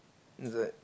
is it